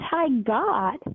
anti-God